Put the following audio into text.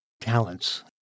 talents